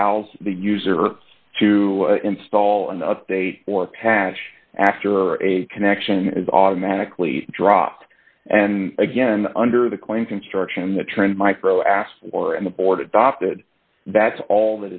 allows the user to install an update or patch after a connection is automatically dropped and again under the clean construction the trend micro asked for and the board adopted that's all